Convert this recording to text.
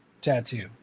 tattoo